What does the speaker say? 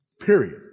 Period